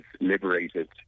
liberated